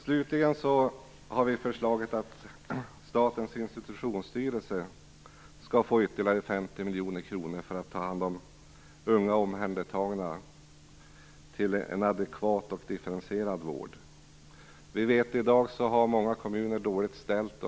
Slutligen har vi föreslagit att Statens institutionsstyrelse skall få ytterligare 50 miljoner kronor för att ta hand om unga omhändertagna för adekvat och differentierad vård. I dag har många kommuner det dåligt ställt.